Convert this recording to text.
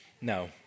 No